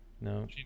No